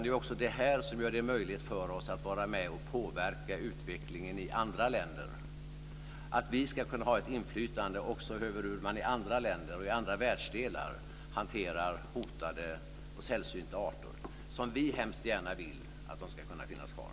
Det är det här som gör det möjligt för oss att vara med och påverka utvecklingen i andra länder. Vi ska också kunna ha inflytande över hur man i andra länder och andra världsdelar hanterar hotade och sällsynta arter som vi hemskt gärna vill ska kunna finnas kvar.